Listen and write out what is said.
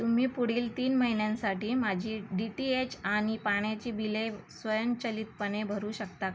तुम्ही पुढील तीन महिन्यांसाठी माझी डी टी एच आणि पाण्याची बिले स्वयंचलितपणे भरू शकता का